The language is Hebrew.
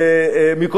לא הייתי שם כבר חודש.